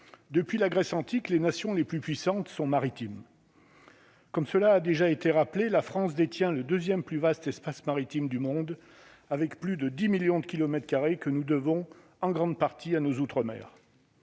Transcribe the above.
depuis la Grèce antique, les nations les plus puissantes sont maritime. Comme cela a déjà été rappelé la France détient le 2ème plus vaste espace maritime du monde avec plus de 10 millions de kilomètres carrés que nous devons en grande partie à nos outre-mer.